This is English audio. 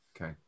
okay